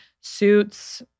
Suits